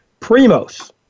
Primos